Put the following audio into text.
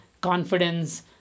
confidence